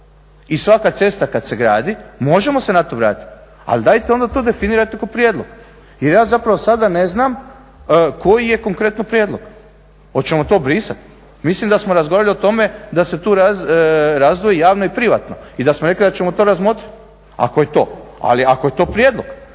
I svaka cesta kada se gradi, možemo se na to vratiti ali dajte onda to definirajte kao prijedlog. Jer ja zapravo sada ne znam koji je konkretno prijedlog. Hoćemo to brisati? Mislim da smo razgovarati o tome da se tu razdvoji javno i privatno i da smo rekli da ćemo to razmotriti ako je to. Ali ako je to prijedlog.